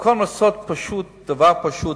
במקום לעשות פשוט דבר פשוט,